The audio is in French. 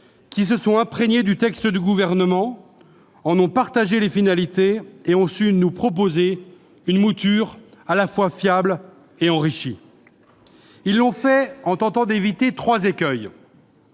qui se sont imprégnés du texte du Gouvernement, en ont partagé les finalités et ont su nous en proposer une mouture fiable et enrichie. Ils l'ont fait en tentant d'éviter trois écueils